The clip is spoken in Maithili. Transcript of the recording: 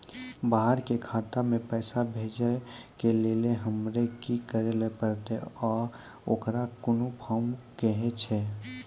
बाहर के खाता मे पैसा भेजै के लेल हमरा की करै ला परतै आ ओकरा कुन फॉर्म कहैय छै?